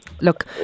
Look